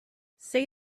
say